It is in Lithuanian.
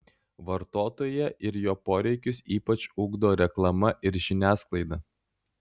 vartotoją ir jo poreikius ypač ugdo reklama ir žiniasklaida